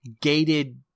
gated